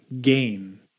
gain